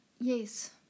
yes